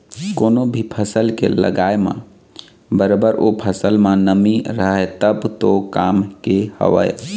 कोनो भी फसल के लगाय म बरोबर ओ फसल म नमी रहय तब तो काम के हवय